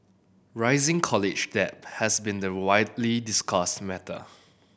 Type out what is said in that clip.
rising college debt has been the widely discussed matter